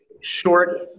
short –